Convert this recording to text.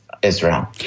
Israel